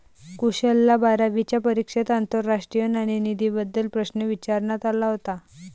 कुशलला बारावीच्या परीक्षेत आंतरराष्ट्रीय नाणेनिधीबद्दल प्रश्न विचारण्यात आला होता